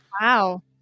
Wow